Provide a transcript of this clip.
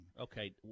Okay